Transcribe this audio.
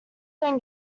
then